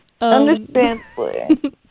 Understandably